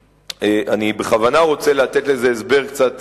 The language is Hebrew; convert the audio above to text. אני בכוונה רוצה לתת לזה הסבר קצת